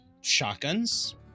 shotguns